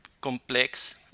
complex